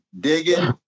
digging